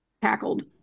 tackled